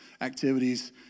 activities